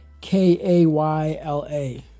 K-A-Y-L-A